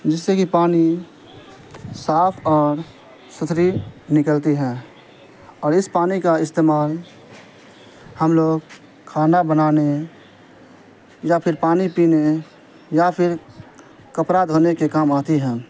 جس سے کہ پانی صاف اور ستھری نکلتی ہے اور اس پانی کا استعمال ہم لوگ کھانا بنانے یا پھر پانی پینے یا پھر کپڑا دھونے کے کام آتی ہے